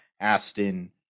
Aston